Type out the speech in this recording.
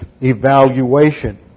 evaluation